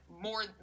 more